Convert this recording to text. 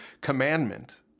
commandment